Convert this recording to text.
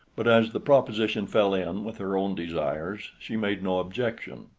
but as the proposition fell in with her own desires, she made no objection.